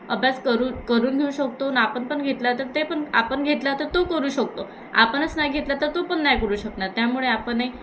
अभ्यास करू करून घेऊ शकतो न् आपण पण घेतला तर ते पण आपण घेतला तर तो करू शकतो आपणच नाही घेतला तर तो पण नाही करू शकणार त्यामुळे आपणही